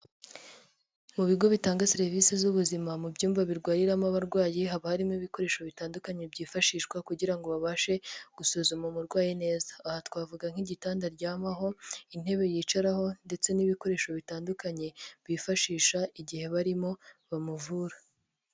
Mu bigo bitanga serivise z'ubuzima mu byumba birwariramo abarwayi, haba harimo ibikoresho bitandukanye, byifashishwa kugira ngo babashe gusuzuma umurwayi neza, aha twavuga nk'igitanda aryamaho, intebe yicaraho ndetse n'ibikoresho bitandukanye, bifashisha igihe barimo bamuvura.